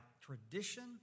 tradition